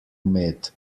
med